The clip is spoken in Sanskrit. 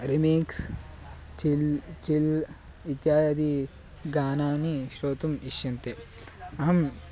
रिमीक्स् चिल् चिल् इत्यादि गानानि श्रोतुम् इष्यन्ते अहम्